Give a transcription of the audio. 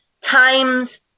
times